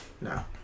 No